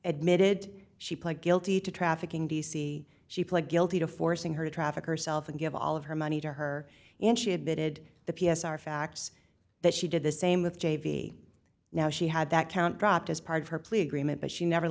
admitted she pled guilty to trafficking d c she pled guilty to forcing her to traffic herself and give all of her money to her and she admitted the p s r facts that she did the same with j v now she had that count dropped as part of her plea agreement but she never